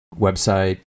website